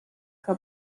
que